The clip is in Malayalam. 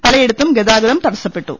പലയിടത്തും ഗതാഗതം തടസ്സപ്പെട്ടു